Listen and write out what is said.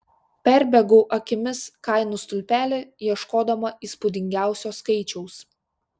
perbėgau akimis kainų stulpelį ieškodama įspūdingiausio skaičiaus